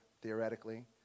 theoretically